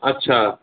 अच्छा